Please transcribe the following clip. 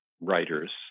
writers